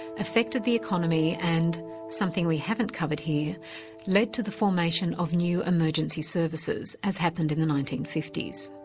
affected the economy and something we haven't covered here led to the formation of new emergency services, as happened in the nineteen fifty s.